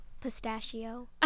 Pistachio